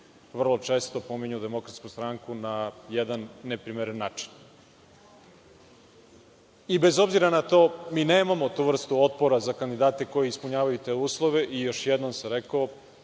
vrlo često pominju DS na jedan neprimeren način. Bez obzira na to, mi nemamo tu vrstu otpora za kandidate koji ispunjavaju te uslove, i još jednom sam rekao,